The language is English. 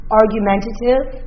argumentative